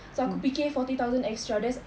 so aku fikir forty thousand extra that's